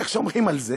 איך שומרים על זה?